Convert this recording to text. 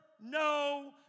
no